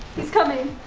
he's coming.